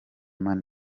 mani